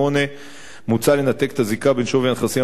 8. מוצע לנתק את הזיקה בין שווי הנכסים